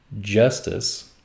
Justice